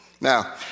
Now